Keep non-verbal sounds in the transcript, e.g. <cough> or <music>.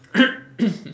<coughs>